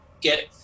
get